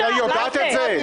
והיא יודעת את זה?